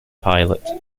pilot